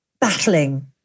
battling